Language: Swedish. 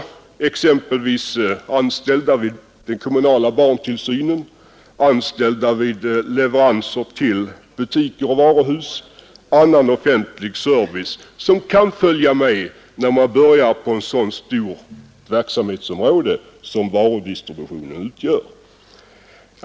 Det gäller exempelvis anställda vid den kommunala barntillsynen, sådana som har med leveranser till butiker och varuhus att göra liksom anställda vid annan offentlig service, som kan beröras när man börjar ändra på ett så stort verksamhetsområde som det varudistributionen utgör.